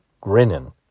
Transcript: Grinning